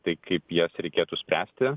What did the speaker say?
tai kaip jas reikėtų spręsti